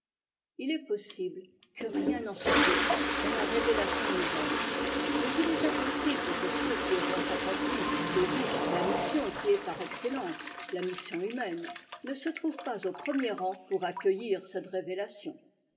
il est possible que rien n'en subsiste dans la révélation nouvelle mais il est impossible que ceux qui auront accompli jusqu'au bout la mission qui est par excellence la mission humaine ne se trouvent pas au premier rang pour accueillir cette révélation